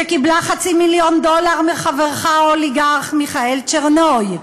שקיבלה חצי מיליון דולר מחברך האוליגרך מיכאל צ'רנוי?